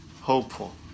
hopeful